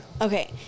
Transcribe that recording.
Okay